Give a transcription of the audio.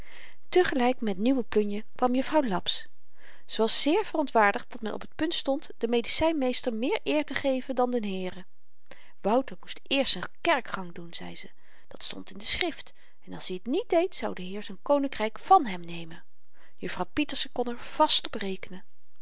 te gelyk met nieuwe plunje kwam juffrouw laps ze was zeer verontwaardigd dat men op t punt stond den medicynmeester meer eer te geven dan den heere wouter moest eerst z'n kerkgang doen zei ze dat stond in de schrift en als i t niet deed zou de heer z'n koninkryk vàn hem nemen juffrouw pieterse kon er vast